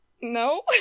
No